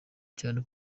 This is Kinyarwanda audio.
cyane